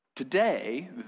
Today